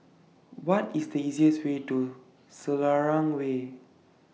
What IS The easiest Way to Selarang Way